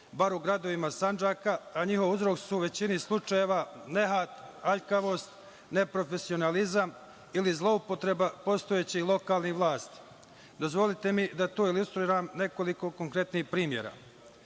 bar u gradovima Sandžaka, a njihov uzrok su u većini slučajeva nehat, aljkavost, neprofesionalizam ili zloupotreba postojećih lokalnih vlasti. Dozvolite mi da to ilustrujem sa nekoliko konkretnih primera. Godine